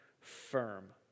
firm